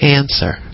answer